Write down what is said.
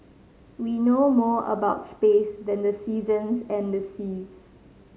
we know more about space than the seasons and the seas